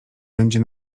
będzie